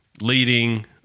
leading